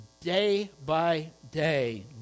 day-by-day